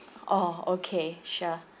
orh okay sure